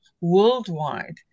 worldwide